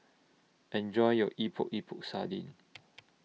Enjoy your Epok Epok Sardin